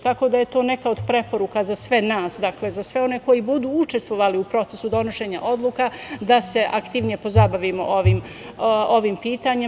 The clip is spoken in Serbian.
Tako da je to neka od preporuka za sve nas, za sve one koju budu učestvovali u procesu donošenja odluka da se aktivnije pozabavimo ovim pitanjem.